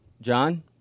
John